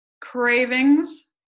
cravings